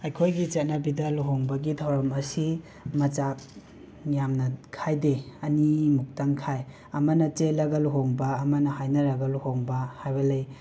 ꯑꯩꯈꯣꯏꯒꯤ ꯆꯠꯅꯕꯤꯗ ꯂꯨꯍꯣꯡꯕꯒꯤ ꯊꯧꯔꯝ ꯑꯁꯤ ꯃꯆꯥ ꯌꯥꯝꯅ ꯈꯥꯏꯗꯦ ꯑꯅꯤ ꯃꯨꯛꯇꯪ ꯈꯥꯏ ꯑꯃꯅ ꯆꯦꯜꯂꯒ ꯂꯨꯍꯣꯡꯕ ꯑꯃꯅ ꯍꯥꯏꯅꯔꯒ ꯂꯨꯍꯣꯡꯕ ꯍꯥꯏꯕ ꯂꯩ